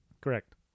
Correct